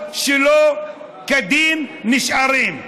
חובות שלא כדין נשארים.